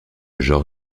genre